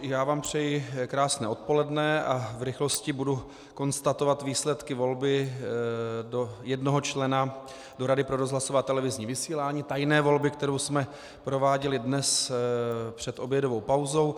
I já vám přeji krásné odpoledne a v rychlosti budu konstatovat výsledky volby jednoho člena do Rady pro rozhlasové a televizní vysílání, tajné volby, kterou jsme prováděli dnes před obědovou pauzou.